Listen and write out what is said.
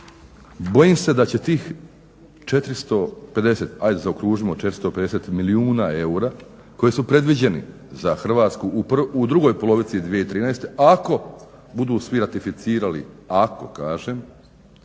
ajde zaokružimo 450 milijuna eura koji su predviđeni za Hrvatsku u drugoj polovici 2013., ako budu svi ratificirali, ako kažem